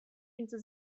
into